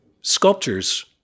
sculptures